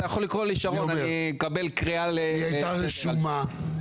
היא היתה רשומה,